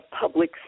public